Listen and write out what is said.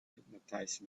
hypnotized